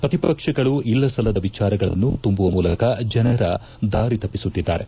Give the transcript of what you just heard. ಪ್ರತಿಪಕ್ಷಗಳು ಇಲ್ಲಸಲ್ಲದ ವಿಚಾರಗಳನ್ನು ತುಂಬುವ ಮೂಲಕ ಜನರ ದಾರಿ ತಪ್ಪಿಸುತ್ತಿದ್ದಾರೆ